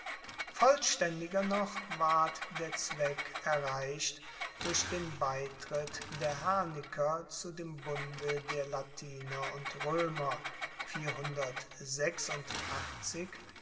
vollstaendiger noch ward der zweck erreicht durch den beitritt der herniker zu dem bunde der latiner und roemer